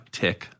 tick